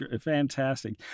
fantastic